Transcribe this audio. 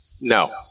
No